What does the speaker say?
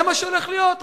זה מה שהולך להיות,